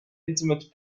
intimate